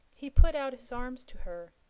he put out his arms to her,